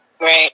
Right